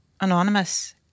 anonymous